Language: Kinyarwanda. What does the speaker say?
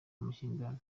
amakimbirane